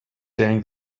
saying